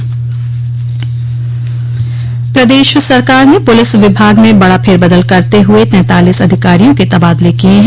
प्रदेश सरकार ने पुलिस विभाग में बड़ा फेरबदल करते हुए तैंतालीस अधिकारियों के तबादले किये हैं